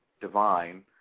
divine